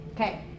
Okay